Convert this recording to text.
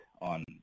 on